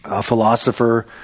philosopher